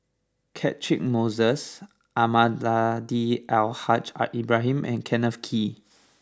Catchick Moses Almahdi Al Haj Ibrahim and Kenneth Kee